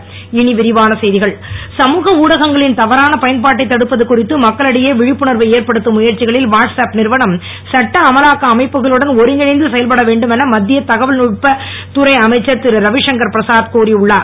WhatsApp சமூக ஊடகங்களின் தவறான பயன்பாட்டை தடுப்பது குறித்து மக்களிடையே விழிப்புணர்வு ஏற்படுத்தும் முயற்சிகளில் வாட்ஸ் ஆப் நிறுவனம் சட்ட அமலாக்க அமைப்புகளுடன் ஒருங்கிணைந்து செயல்பட வேண்டும் என மத்திய தகவல் தொழில் நுட்பத் துறை அமைச்சர் திரு ரவிசங்கர் பிரசாத் கூறி உள்ளார்